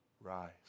rise